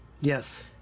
Yes